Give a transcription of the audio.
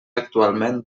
actualment